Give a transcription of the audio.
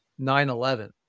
9-11